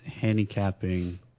handicapping